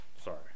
sorry